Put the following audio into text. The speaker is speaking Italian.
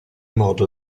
modo